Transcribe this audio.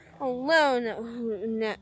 alone